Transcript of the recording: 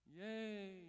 Yay